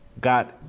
got